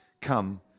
Come